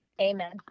Amen